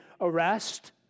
arrest